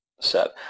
set